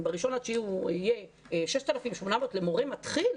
ב-1.9 הוא יהיה 6,800 למורה מתחיל,